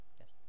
yes